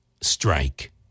strike